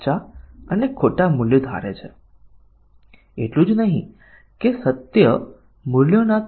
જેમ કે દરેક પ્રોગ્રામ સ્ટેટમેંટનો ઉપયોગ ઓછામાં ઓછી એકવાર કરવામાં આવે છે